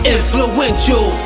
Influential